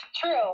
true